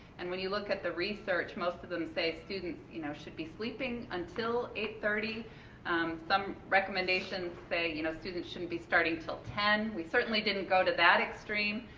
and when you look at the research most of them say students you know should be sleeping until eight thirty some recommendations say that you know students shouldn't be starting til ten. we certainly didn't go to that extreme,